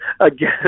Again